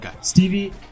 Stevie